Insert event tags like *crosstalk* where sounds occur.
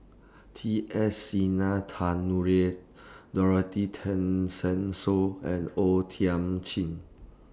T S *unintelligible* Dorothy Tessensohn and O Thiam Chin